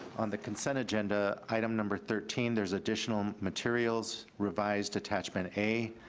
on the consent agenda, item number thirteen, there's additional materials, revised attachment a,